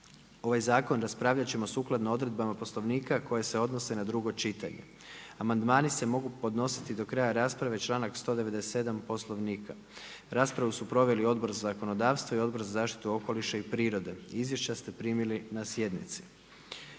Ovaj zakon raspravit ćemo sukladno odredbama Poslovnika koje se odnose na drugo čitanje. Amandmani se mogu podnositi do kraja rasprave sukladno članku 197. Poslovnika. Raspravu su proveli Odbor za zakonodavstvo i Odbor za zaštitu okoliša i prirode. Njihova izvješća primili ste na sjednici.